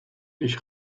ich